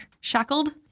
shackled